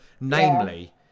namely